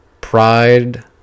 Pride